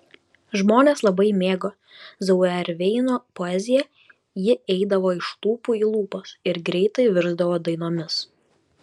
žmonės labai mėgo zauerveino poeziją ji eidavo iš lūpų į lūpas ir greitai virsdavo dainomis